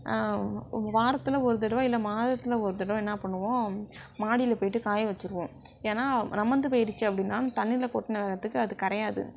வாரத்தில் ஒரு தடவை இல்லை மாதத்தில் ஒரு தடவை என்ன பண்ணுவோம் மாடியில் போயிட்டு காய வச்சிடுவோம் ஏன்னா நமுத்து போயிடுத்து அப்படினா தண்ணியில் கொட்டினத்துக்கு அது கரையாது